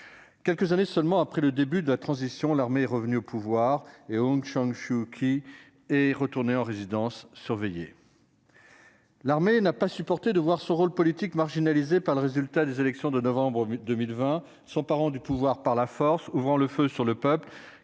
Quelques années seulement après le début de la transition, l'armée est revenue au pouvoir, et Aung San Suu Kyi est retournée en résidence surveillée. L'armée n'a pas supporté de voir son rôle politique marginalisé par le résultat des élections de novembre 2020, s'emparant du pouvoir par la force, ouvrant le feu sur le peuple